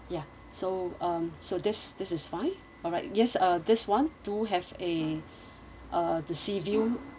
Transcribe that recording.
ya so um so this this is fine alright yes uh this one do have eh uh the sea view